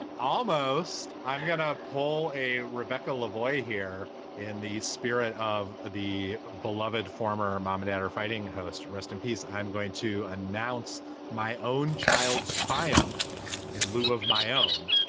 ah almost? i'm going to pull a rebecca levoy here in the spirit of the beloved former mom and dad are fighting house to rest in peace. i'm going to announce my own child's triumph in lieu of my own.